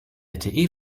lte